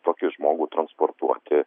tokį žmogų transportuoti